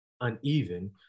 uneven